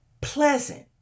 pleasant